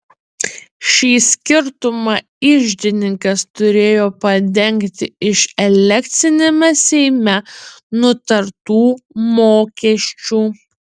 šį skirtumą iždininkas turėjo padengti iš elekciniame seime nutartų mokesčių